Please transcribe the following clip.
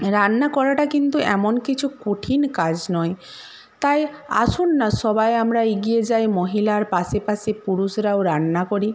রান্না করাটা কিন্তু এমন কিছু কঠিন কাজ নয় তাই আসুন না সবাই আমরা এগিয়ে যাই মহিলার পাশে পাশে পুরুষরাও রান্না করি